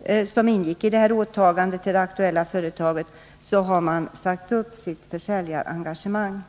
vilket ingick i åtagandet till det aktuella företaget, så har de sagt upp sitt försäljarengagemang.